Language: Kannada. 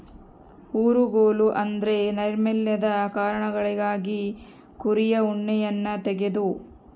ಊರುಗೋಲು ಎಂದ್ರ ನೈರ್ಮಲ್ಯದ ಕಾರಣಗಳಿಗಾಗಿ ಕುರಿಯ ಉಣ್ಣೆಯನ್ನ ತೆಗೆದು